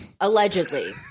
allegedly